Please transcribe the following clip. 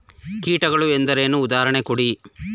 ಕೀಟಗಳು ಎಂದರೇನು? ಉದಾಹರಣೆ ಕೊಡಿ?